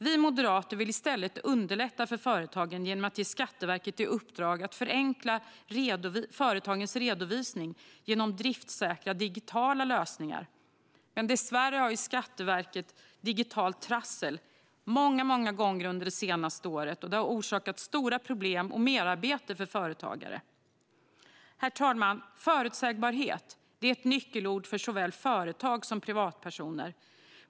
Vi moderater vill i stället underlätta för företagen genom att ge Skatteverket i uppdrag att förenkla företagens redovisning genom driftsäkra digitala lösningar. Dessvärre har Skatteverkets digitala trassel många gånger under det senaste året orsakat stora problem och merarbete för företagare. Herr talman! Förutsägbarhet är ett nyckelord för såväl företag som privatpersoner.